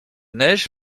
neige